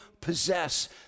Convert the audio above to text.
possess